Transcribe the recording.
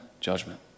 judgment